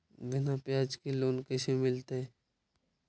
बिना ब्याज के लोन कैसे मिलतै?